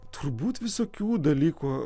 turbūt visokių dalykų